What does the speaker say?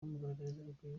urugwiro